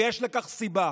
ויש לכך סיבה,